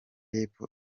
y’epfo